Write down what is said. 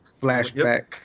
flashback